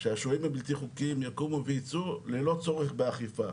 שהשוהים הבלתי חוקיים יקומו ויצאו ללא צורך באכיפה.